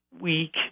week